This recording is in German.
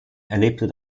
erlebte